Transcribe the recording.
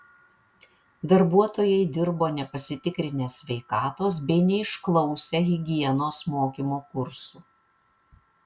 darbuotojai dirbo nepasitikrinę sveikatos bei neišklausę higienos mokymo kursų